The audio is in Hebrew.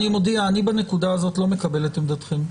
אני מודיע שבנקודה הזאת אני לא מקבל את עמדתכם.